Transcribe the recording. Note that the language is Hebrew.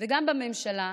וגם בממשלה,